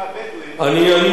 זה הנושא שהוא עכשיו,